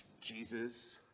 Jesus